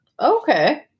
Okay